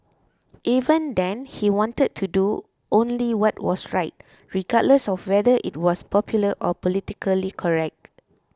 even then he wanted to do only what was right regardless of whether it was popular or politically correct